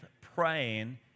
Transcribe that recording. praying